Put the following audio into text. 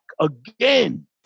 again